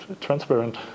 transparent